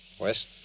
West